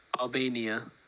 Albania